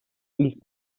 ilk